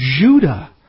Judah